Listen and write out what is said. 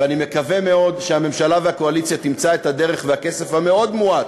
ואני מקווה מאוד שהממשלה והקואליציה ימצאו את הדרך ואת הכסף המאוד-מועט